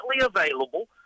available